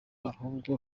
ahubwo